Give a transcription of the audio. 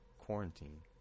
quarantine